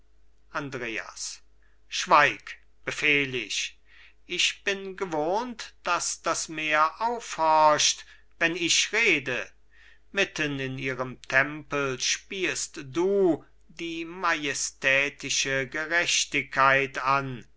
andreas schweig befehl ich ich bin gewohnt daß das meer aufhorcht wenn ich rede mitten in ihrem tempel spieest du die majestätische gerechtigkeit an